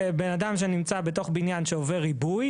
בן אדם שנמצא בתוך בניין שעובר עיבוי,